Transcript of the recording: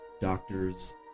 doctors